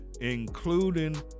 including